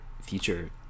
future